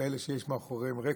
כאלה שיש מאחוריהם רקורד,